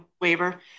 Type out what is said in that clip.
waiver